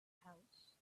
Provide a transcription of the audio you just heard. house